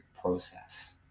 process